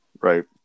Right